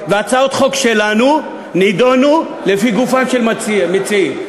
הצעות חוק של חברי הכנסת נדונו לגופם של מציעים.